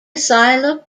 asylum